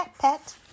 pet